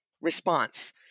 response